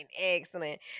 excellent